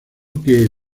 que